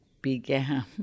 began